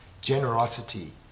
generosity